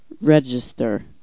register